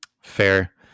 fair